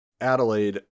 Adelaide